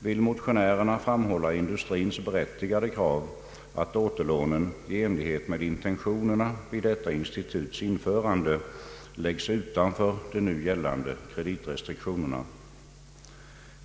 vill motionärerna framhålla industrins berättigade krav att återlånen i enlighet med intentionerna vid detta instituts införande läggs utanför de nu gällande kreditrestriktionerna.